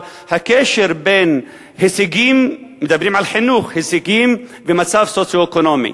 על הקשר בין הישגים ומצב סוציו-אקונומי.